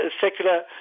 secular